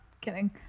Kidding